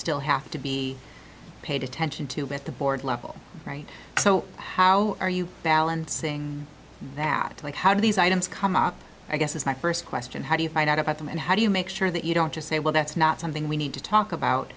still have to be paid attention to with the board level right so how are you balancing that and how do these items come up i guess is my first question how do you find out about them and how do you make sure that you don't just say well that's not something we need to talk about